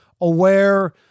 aware